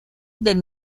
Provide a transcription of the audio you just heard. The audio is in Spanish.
del